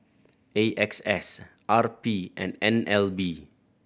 A X S R P and N L B